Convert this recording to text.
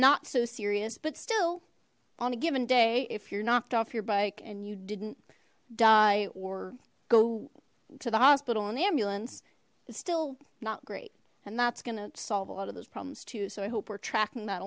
not so serious but still on a given day if you're knocked off your bike and you didn't die or go to the hospital and ambulance it's still not great and that's gonna solve a lot of those problems too so i hope we're track